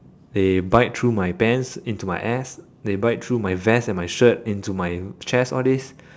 they bite through my pants into my ass they bite through my vest and my shirt into my chest all this